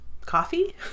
coffee